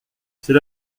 c’est